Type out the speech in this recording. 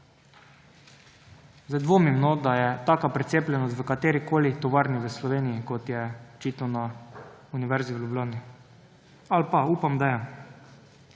Dvomim, da je taka precepljenost v katerikoli tovarni v Sloveniji, kot je očitno na Univerzi v Ljubljani. Ali pa? Upam, da je.